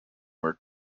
where